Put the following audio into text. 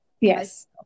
Yes